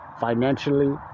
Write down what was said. financially